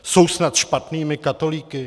Jsou snad špatnými katolíky?